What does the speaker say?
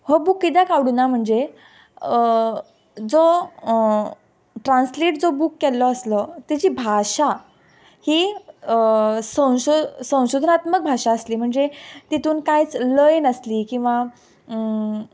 हो बूक किद्याक आवडुना म्हणजे जो ट्रान्सलेट जो बूक केल्लो आसलो तेची भाशा ही संशय संशग्रात्मक भाशा आसली म्हणजे तितून कांयच लय नासली किंवां